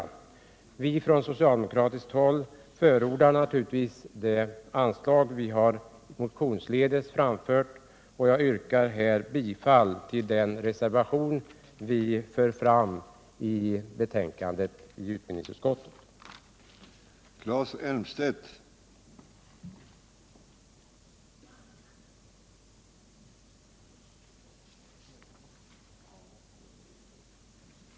Vi socialdemokrater förordar naturligtvis det anslag som vi motionsledes föreslagit, och jag yrkar bifall till reservationen i utbildningsutskottets betänkande.